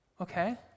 okay